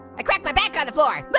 i cracked my back on the floor! but